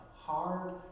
Hard